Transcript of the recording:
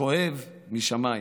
כואב משמיים.